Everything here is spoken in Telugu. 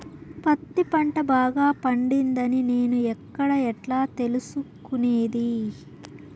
పత్తి పంట బాగా పండిందని నేను ఎక్కడ, ఎట్లా తెలుసుకునేది?